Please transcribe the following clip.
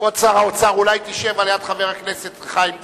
כבוד ראש הממשלה, אולי תשב ליד חבר הכנסת חיים כץ.